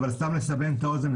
אבל סתם לסבר את האוזן,